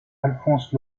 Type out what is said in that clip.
alphonse